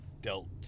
dealt